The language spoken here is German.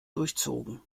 durchzogen